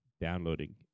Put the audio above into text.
downloading